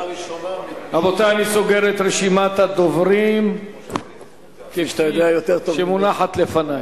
רבותי, אני סוגר את רשימת הדוברים שמונחת לפני.